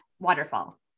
Waterfall